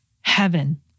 heaven